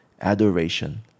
adoration